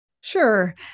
Sure